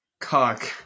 cock